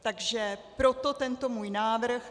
Takže proto tento můj návrh.